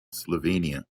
slavonia